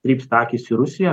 krypsta akys į rusiją